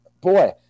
boy